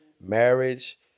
Marriage